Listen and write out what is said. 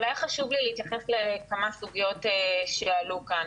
אבל היה חשוב לי להתייחס לכמה סוגיות שעלו כאן.